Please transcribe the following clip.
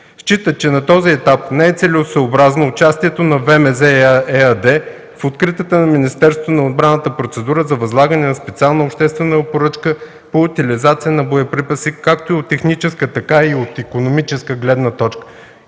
Считат, че на този етап не е целесъобразно участието на ВМЗ-ЕАД в откритата от Министерството на отбраната процедура за възлагане на специална обществена поръчка по утилизация на боеприпаси както от техническа, така и от икономическа гледна точка.